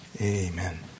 Amen